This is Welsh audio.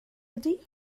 ydy